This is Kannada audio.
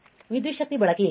ವಿದ್ಯುತ್ ಶಕ್ತಿ ಬಳಕೆ ಏನು